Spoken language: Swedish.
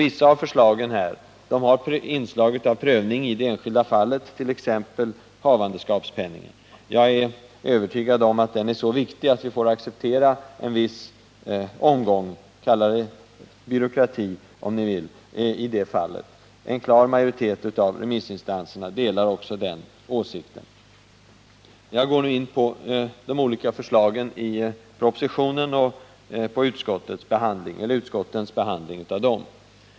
Vissa av förslagen har inslag av prövning i det enskilda fallet, t.ex. havandeskapspenningen. Jag är övertygad om att den är så viktig, att vi får acceptera en viss omgång — kalla den byråkrati om ni vill — i detta fall. En klar majoritet av remissinstanserna delar också den åsikten. Jag går nu in på de olika förslagen i propositionen och utskottens behandling av dem.